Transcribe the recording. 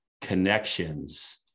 connections